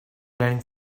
learning